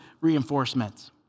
reinforcements